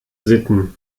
sitten